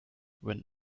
when